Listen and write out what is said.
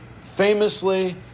Famously